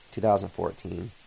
2014